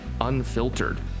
Unfiltered